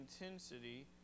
intensity